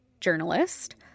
journalist